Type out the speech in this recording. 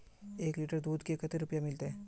एक लीटर दूध के कते रुपया मिलते?